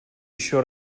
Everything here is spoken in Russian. еще